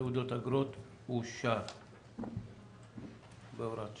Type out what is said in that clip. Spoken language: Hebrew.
תעודות ואגרות) (הוראת שעה)